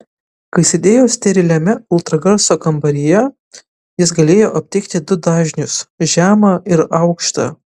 kai sėdėjo steriliame ultragarso kambaryje jis galėjo aptikti du dažnius žemą ir aukštą